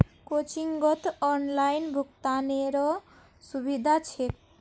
कोचिंगत ऑनलाइन भुक्तानेरो सुविधा छेक